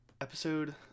episode